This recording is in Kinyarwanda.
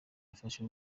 yafashe